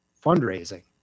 fundraising